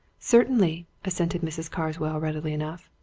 certainly! assented mrs. carswell, readily enough.